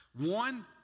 One